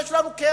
יש לנו קרן.